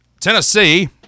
Tennessee